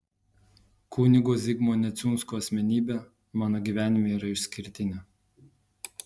kunigo zigmo neciunsko asmenybė mano gyvenime yra išskirtinė